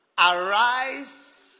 Arise